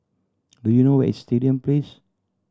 do you know where is Stadium Place